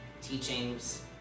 teachings